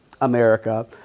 America